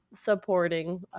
Supporting